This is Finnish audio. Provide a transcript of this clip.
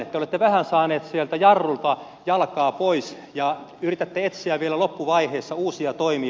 te olette vähän saanut sieltä jarrulta jalkaa pois ja yritätte etsiä vielä loppuvaiheessa uusia toimia